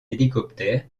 hélicoptère